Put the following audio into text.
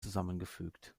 zusammengefügt